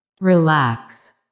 Relax